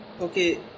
Okay